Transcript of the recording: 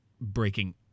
breaking